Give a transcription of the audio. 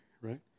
right